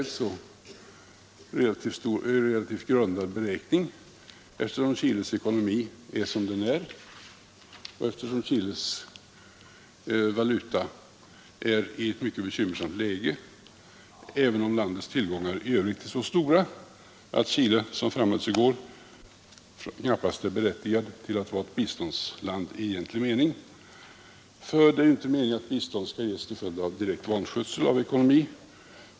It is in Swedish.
Trots att Chiles ekonomi är som den är, och Chiles valuta är i ett mycket bekymmersamt läge, är dock Chile som det framhölls i går knappast berättigat till att vara ett biståndsland i egentlig mening, eftersom landets tillgångar i övrigt är så stora. Det är inte meningen att bistånd skall ges till följd av direkt vanskötsel av ekonomin.